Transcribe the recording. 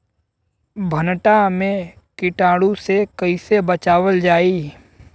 भनटा मे कीटाणु से कईसे बचावल जाई?